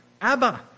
Abba